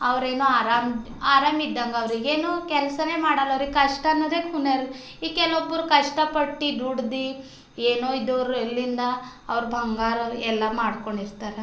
ಅವರೇನೋ ಆರಾಮ್ ಆರಾಮಿದ್ದಂಗ ಅವ್ರಿಗೆ ಏನು ಕೆಲಸನೇ ಮಾಡಲ್ಲ ಅವ್ರಿಗೆ ಕಷ್ಟ ಅನ್ನೋದೆ ಈಗ ಕೆಲ್ವೊಬ್ರು ಕಷ್ಟಪಟ್ಟಿ ದುಡ್ದು ಏನೋ ಇದ್ದೋರು ಎಲ್ಲಿಂದ ಅವ್ರು ಭಂಗಾರವ ಎಲ್ಲ ಮಾಡ್ಕೊಂಡಿರ್ತಾರ